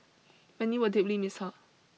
many will deeply miss her